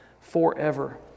forever